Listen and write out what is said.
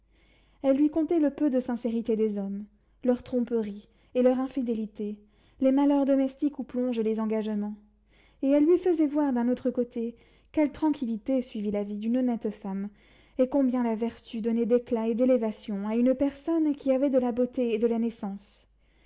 elle lui contait le peu de sincérité des hommes leurs tromperies et leur infidélité les malheurs domestiques où plongent les engagements et elle lui faisait voir d'un autre côté quelle tranquillité suivait la vie d'une honnête femme et combien la vertu donnait d'éclat et d'élévation à une personne qui avait de la beauté et de la naissance